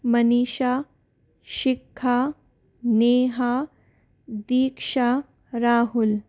Manisha Shikha Neha Diksha Rahul